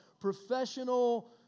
professional